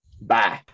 Bye